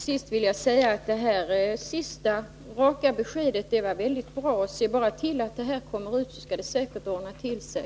Herr talman! Jag skulle bara till sist vilja säga att detta raka besked var väldigt bra. Se bara till att det här kommer ut — då skall det säkert ordna till sig.